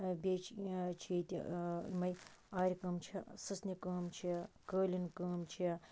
بیٚیہِ چھِ چھِ ییٚتہِ یِمے آرِ کٲم چھےٚ سٕژنہِ کٲم چھِ کٲلیٖن کٲم چھےٚ